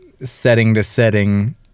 setting-to-setting